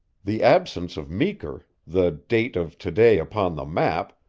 the absence of meeker, the date of to-day upon the map,